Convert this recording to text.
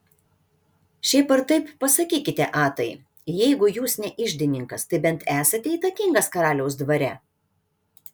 šiaip ar taip pasakykite atai jeigu jūs ne iždininkas tai bent esate įtakingas karaliaus dvare